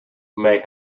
may